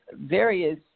various